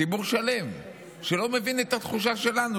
ציבור שלם שלא מבין את התחושה שלנו.